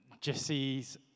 Jesse's